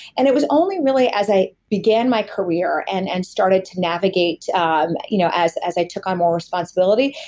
and it was only really as i began my career and and started to navigate um you know navigate as i took on more responsibility,